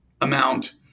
amount